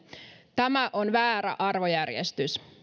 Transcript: tämä on väärä arvojärjestys